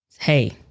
Hey